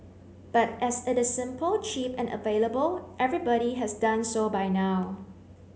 but as it is simple cheap and available everybody has done so by now